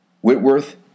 Whitworth